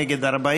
נגד,